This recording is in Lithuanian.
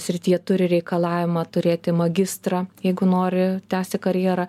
srityje turi reikalavimą turėti magistrą jeigu nori tęsti karjerą